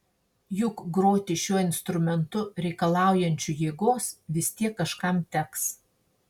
juk groti šiuo instrumentu reikalaujančiu jėgos vis tiek kažkam teks